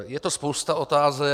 Je to spousta otázek.